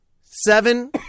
Seven